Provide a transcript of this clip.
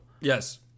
Yes